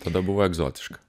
tada buvo egzotiška